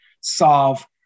solve